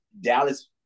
Dallas